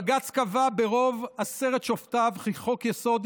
בג"ץ קבע ברוב עשרת שופטיו כי חוק-יסוד: